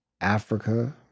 Africa